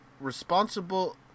responsible